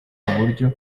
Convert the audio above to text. kuburyo